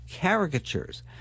caricatures